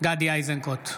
גדי איזנקוט,